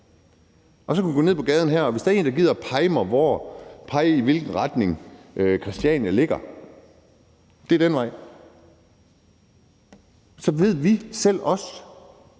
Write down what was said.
og så kunne vi gå ned på gaden her, og hvis der er en, der gider at pege, i hvilken retning Christiania ligger, og sige, at det er den vej, så ved vi – selv os,